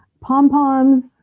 pom-poms